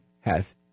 hath